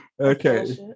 Okay